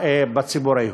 בציבור היהודי.